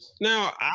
Now